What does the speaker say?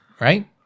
right